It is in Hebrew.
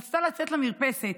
והיא רצתה לצאת למרפסת